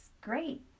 great